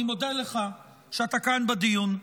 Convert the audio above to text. אני מודה לך שאתה כאן בדיון.